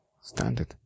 Standard